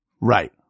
Right